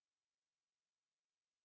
so we never really go and check